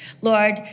Lord